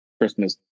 Christmas